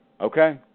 Okay